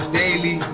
daily